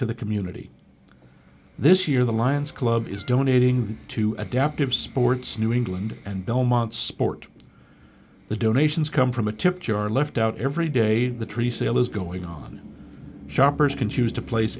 to the community this year the lions club is donating to adaptive sports new england and belmont sport the donations come from a tip jar left out every day the tree sale is going on shoppers can choose to place